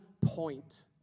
point